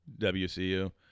WCU